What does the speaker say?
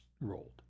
rolled